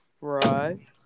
Right